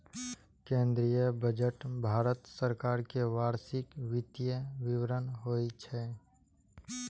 केंद्रीय बजट भारत सरकार के वार्षिक वित्तीय विवरण होइ छै